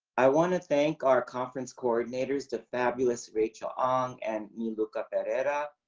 i wanna thank our conference coordinators the fabulous rachel ong and niluka perera.